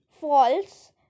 False